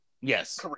Yes